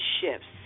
shifts